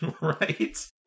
Right